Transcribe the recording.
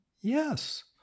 Yes